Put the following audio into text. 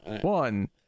one